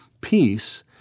Peace